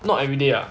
not everyday ah